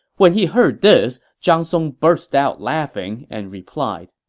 when he heard this, zhang song burst out laughing and replied,